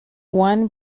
one